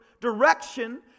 direction